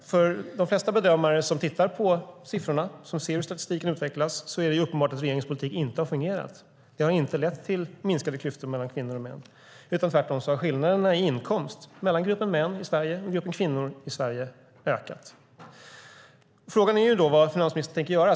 För de flesta bedömare som tittar på siffrorna och som ser hur statistiken utvecklas är det uppenbart att regeringens politik inte har fungerat. Den har inte lett till minskade klyftor mellan kvinnor och män. Tvärtom har skillnaderna i inkomst mellan gruppen män i Sverige och gruppen kvinnor i Sverige ökat. Frågan är då vad finansministern tänker göra.